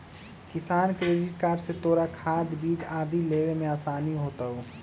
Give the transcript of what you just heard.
किसान credit card से तोरा खाद, बीज आदि लेवे में आसानी होतउ